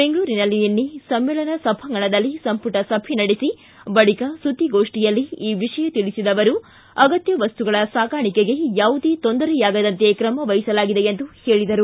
ಬೆಂಗಳೂರಿನಲ್ಲಿ ನಿನ್ನೆ ಸಮ್ಮೇಳನ ಸಭಾಂಗಣದಲ್ಲಿ ಸಂಪುಟ ಸಭೆ ನಡೆಸಿ ಬಳಿಕ ಸುದ್ದಿಗೋಷ್ಠಿಯಲ್ಲಿ ಈ ವಿಷಯ ತಿಳಿಸಿದ ಅವರು ಅಗತ್ಯ ವಸ್ತುಗಳ ಸಾಗಾಣಿಕೆಗೆ ಯಾವುದೇ ತೊಂದರೆಯಾಗದಂತೆ ಕ್ರಮ ವಹಿಸಲಾಗಿದೆ ಎಂದು ಹೇಳಿದರು